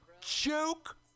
Joke